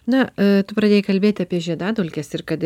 na a tu pradėjai kalbėti apie žiedadulkes ir kad